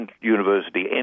university